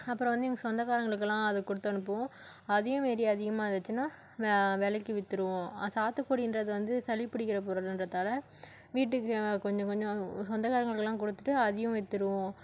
அப்புறம் வந்து எங்கள் சொந்தக்காரங்களுக்குலாம் அதை கொடுத்து அனுப்புவோம் அதையும் மீறி அதிகமாக இருந்துச்சுனா வெ விலைக்கு விற்றுருவோம் சாத்துகுடிகிறது வந்து சளி பிடிக்கிற பொருளுகிறதால வீட்டுக்கு கொஞ்சம் கொஞ்சம் சொந்தகாரங்களுக்குலாம் கொடுத்துட்டு அதையும் விற்றுருவோம்